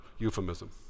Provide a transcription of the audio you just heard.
Euphemism